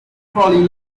trolley